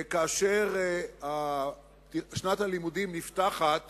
כאשר שנת הלימודים נפתחת